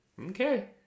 Okay